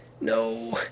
no